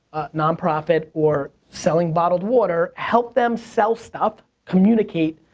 nonprofit, or selling bottled water, help them sell stuff, communicate,